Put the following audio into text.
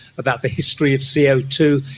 about the history of c o two,